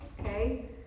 okay